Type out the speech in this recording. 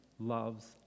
loves